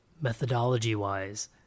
methodology-wise